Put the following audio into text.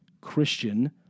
Christian